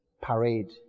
parade